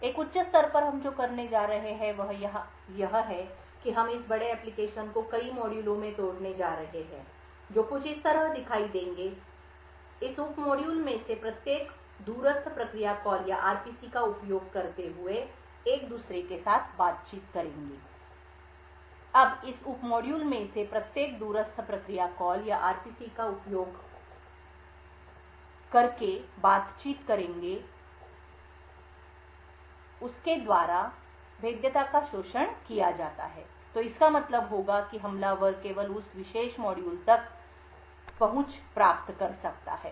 एक उच्च स्तर पर हम जो करने जा रहे हैं वह यह है कि हम इस बड़े एप्लिकेशन को कई उप मॉड्यूलों में तोड़ने जा रहे हैं जो कुछ इस तरह दिखाई देंगे इस उप मॉड्यूल में से प्रत्येक दूरस्थ प्रक्रिया कॉल या आरपीसी का उपयोग करते हुए एक दूसरे के साथ बातचीत करेंगे इस उप मॉड्यूल में से प्रत्येक दूरस्थ प्रक्रिया कॉल या आरपीसी का उपयोग करते हुए एक दूसरे के साथ बातचीत करेंगे हमलावर द्वारा भेद्यता का शोषण किया जाता है तो इसका मतलब होगा कि हमलावर केवल उस विशेष मॉड्यूल तक पहुंच प्राप्त कर सकता है